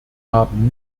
haben